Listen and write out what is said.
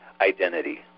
identity